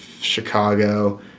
Chicago